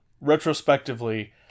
Retrospectively